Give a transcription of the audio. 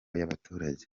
y’abaturage